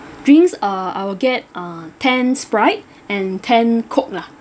drinks uh I will get uh ten sprite and ten coke lah